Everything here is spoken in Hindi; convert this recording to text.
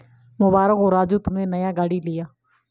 मुबारक हो राजू तुमने नया गाड़ी लिया